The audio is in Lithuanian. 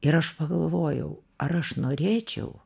ir aš pagalvojau ar aš norėčiau